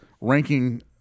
ranking